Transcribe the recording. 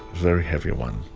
very heavy one.